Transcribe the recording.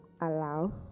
allow